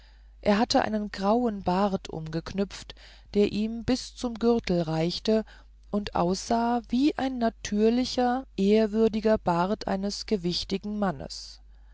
er hatte einen grauen bart umgeknüpft der ihm bis zum gürtel reichte und aussah wie ein natürlicher ehrwürdiger bart eines gewichtigen mannes